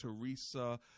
Teresa